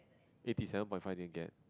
eighty seven point five do you get